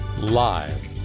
live